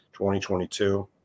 2022